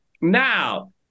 Now